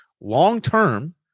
long-term